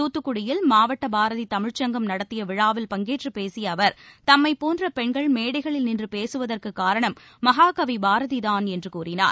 தூத்துக்குடியில் மாவட்ட பாரதி தமிழ்ச்சங்கம் நடத்திய விழாவில் பங்கேற்றுப் பேசிய அவர் தம்மைப் போன்ற பென்கள் மேடைகளில் நின்று பேசுவதற்குக் காரணம் மகாகவி பாரதிதான் என்று கூறினார்